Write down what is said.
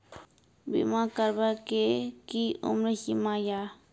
बीमा करबे के कि उम्र सीमा या?